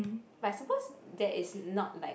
but I suppose that is not like